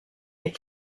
est